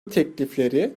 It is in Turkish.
teklifleri